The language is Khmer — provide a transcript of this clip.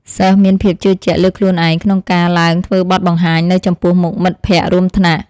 សិស្សមានភាពជឿជាក់លើខ្លួនឯងក្នុងការឡើងធ្វើបទបង្ហាញនៅចំពោះមុខមិត្តភក្តិរួមថ្នាក់។